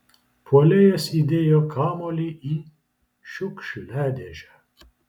puolėjas įdėjo kamuolį į šiukšliadėžę